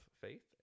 faith